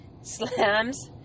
Slams